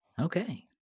Okay